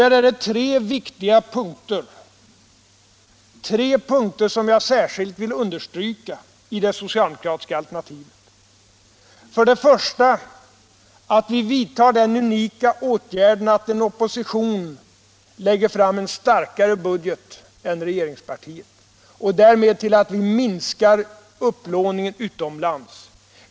Tre viktiga punkter vill jag särskilt understryka i det socialdemokra Allmänpolitisk debatt debatt tiska alternativet. För det första vidtar vi den unika åtgärden att som opposition lägga fram en starkare budget än regeringspartiet. Därmed minskar vi upplåningen utomlands.